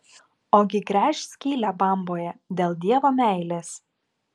ogi gręš skylę bamboje dėl dievo meilės